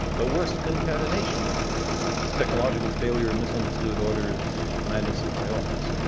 the worst concatenation of technological failure, misunderstood orders, madness in high office,